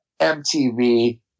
MTV